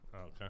Okay